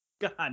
God